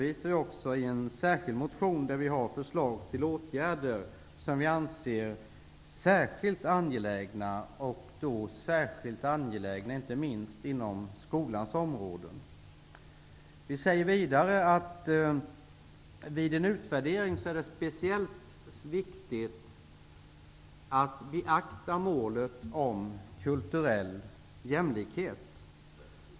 I en särskild motion redovisar vi förslag till åtgärder som vi anser särskilt angelägna, och då inte minst inom skolans område. Vid en utvärdering är det speciellt viktigt att beakta målet om kulturell jämlikhet.